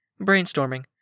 Brainstorming